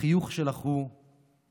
החיוך שלך הוא פרצופה